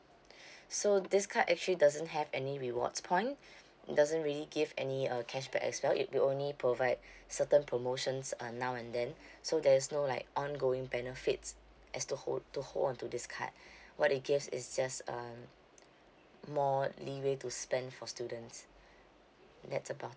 so this card actually doesn't have any rewards point it doesn't really give any uh cashback as well it'll only provide certain promotions uh now and then so there's no like ongoing benefits as to hold to hold on to this card what it gives is just um more leeway to spend for students that's about